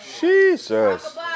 Jesus